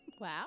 wow